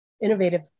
innovative